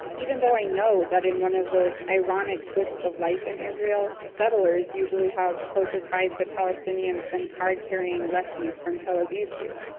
even though i know that in one of those ironic twists of life in israel, settlers usually have closer ties to palestinians than card-carrying lefties from tel aviv do.